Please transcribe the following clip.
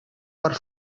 per